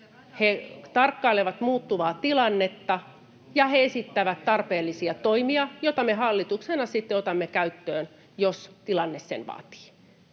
He tarkkailevat muuttuvaa tilannetta, ja he esittävät tarpeellisia toimia, joita me hallituksena sitten otamme käyttöön, jos tilanne sen vaatii.